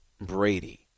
Brady